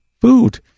food